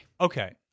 Okay